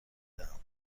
دهم